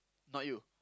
not you